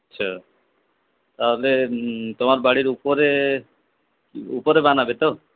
আচ্ছা তাহলে তোমার বাড়ির উপরে উপরে বানাবে তো